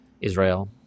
Israel